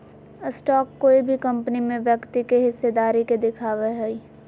stock कोय भी company में व्यक्ति के हिस्सेदारी के दिखावय हइ